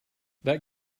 that